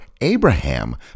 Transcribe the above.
Abraham